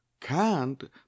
cant